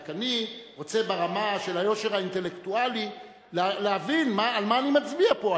אני רק רוצה ברמה של היושר האינטלקטואלי להבין על מה אני מצביע פה.